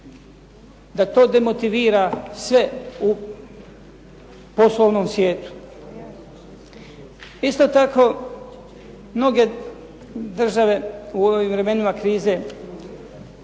da to demotivira sve u poslovnom svijetu. Isto tako, mnoge države u ovim vremenima krize